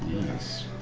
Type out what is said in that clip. Yes